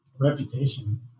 Reputation